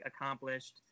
accomplished